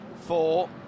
Four